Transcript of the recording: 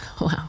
Wow